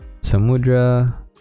Samudra